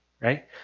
right